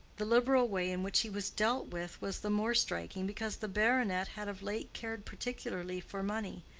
the liberal way in which he was dealt with was the more striking because the baronet had of late cared particularly for money,